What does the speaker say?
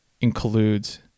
includes